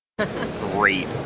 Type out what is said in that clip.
Great